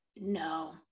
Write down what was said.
No